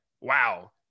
wow